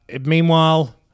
meanwhile